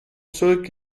zurück